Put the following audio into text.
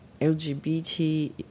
LGBT